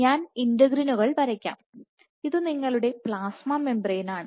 ഞാൻ ഇന്റെഗ്രിനുകൾ വരയ്ക്കാം ഇത് നിങ്ങളുടെ പ്ലാസ്മ മെംബ്രൺ ആണ്